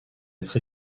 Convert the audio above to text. être